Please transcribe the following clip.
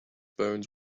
bones